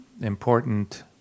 important